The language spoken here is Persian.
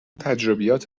تجربیات